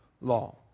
law